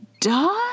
duh